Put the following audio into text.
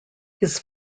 his